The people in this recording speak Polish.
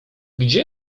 gdzie